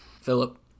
Philip